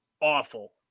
awful